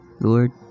Lord